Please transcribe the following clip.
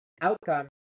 outcome